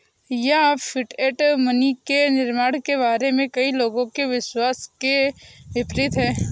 यह fiat money के निर्माण के बारे में कई लोगों के विश्वास के विपरीत है